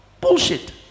Bullshit